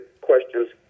questions